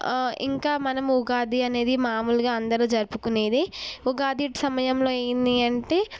ఇంకా మనము ఉగాది అనేది మామూలుగా అందరూ జరుపుకునేది ఉగాది సమయంలో ఏంటి అంటే